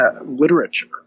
literature